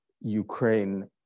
Ukraine